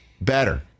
better